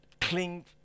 cling